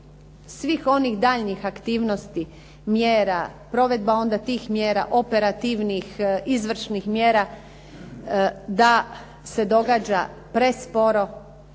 svih onih daljnjih aktivnosti, mjera, provedba onda tih mjera, operativnih, izvršnih mjera, da se događa presporo